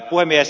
puhemies